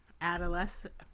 adolescent